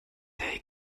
day